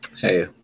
Hey